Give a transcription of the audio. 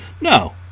no